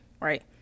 right